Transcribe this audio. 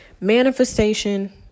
Manifestation